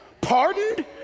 pardoned